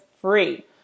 free